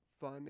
fun